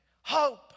hope